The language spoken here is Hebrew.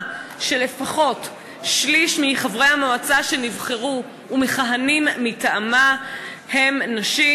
שלפחות שליש מחברי המועצה שנבחרו ומכהנים מטעמה הם נשים,